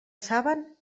saben